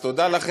אז תודה לכם,